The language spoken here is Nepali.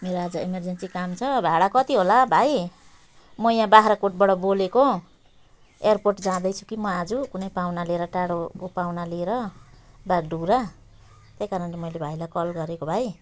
मेरो आज इमर्जेन्सी काम छ भाडा कति होला भाइ म यहाँ बाख्राकोटबाट बोलेको एयरपोर्ट जाँदैछु कि म आज कुनै पाहुना टाढोको पाहुना लिएर बागडोग्रा त्यही कारणले मैले भाइलाई कल गरेको भाइ